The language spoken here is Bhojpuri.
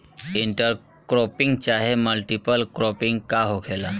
इंटर क्रोपिंग चाहे मल्टीपल क्रोपिंग का होखेला?